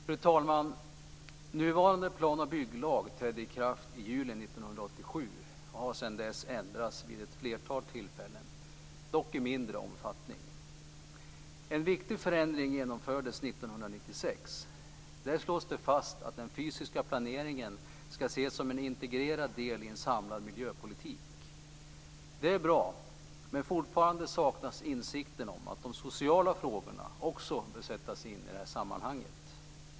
Fru talman! Nuvarande plan och bygglag trädde i kraft i juli 1987 och har sedan dess ändrats vid ett flertal tillfällen, dock i mindre omfattning. En viktig förändring genomfördes 1996. Där slås det fast att den fysiska planeringen skall ses som en integrerad del i en samlad miljöpolitik. Det är bra, men fortfarande saknas insikten om att också de sociala frågorna bör sättas in i detta sammanhang.